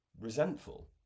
resentful